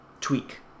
tweak